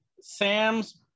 sam's